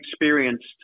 experienced